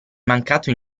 mancato